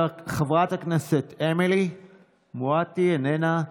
חברת הכנסת אמילי מואטי, איננה,